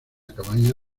cabaña